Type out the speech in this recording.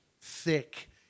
thick